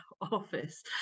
office